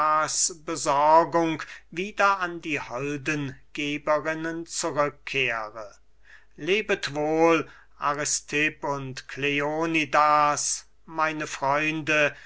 besorgung wieder an die holden geberinnen zurückkehre lebet wohl aristipp und kleonidas meine freunde